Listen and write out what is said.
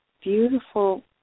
beautiful